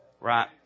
Right